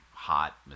Hot